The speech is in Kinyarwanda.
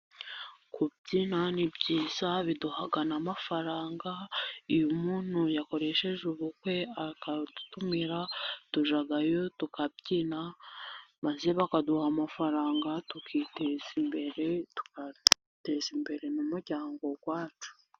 Kubyina ni byiza biduha n'amafaranga, iyo umuntu yakoresheje ubukwe agatumira, tujyayo tukabyina, maze bakaduha amafaranga tukiteza imbere, tugateza imbere n'umuryango wacu.